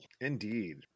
Indeed